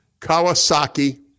Kawasaki